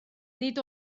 nid